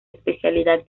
especialidad